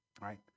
right